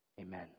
Amen